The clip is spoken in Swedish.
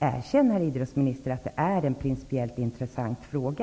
Erkänn, herr idrottsminister, att det här är en principiellt intressant fråga!